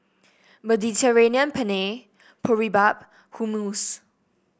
Mediterranean Penne Boribap Hummus